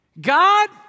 God